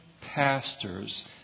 pastors